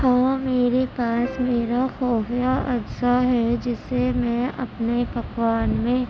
ہاں میرے پاس میرا خفیہ اجزا ہے جسے میں اپنے پکوان میں